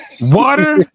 Water